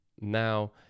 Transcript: now